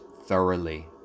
thoroughly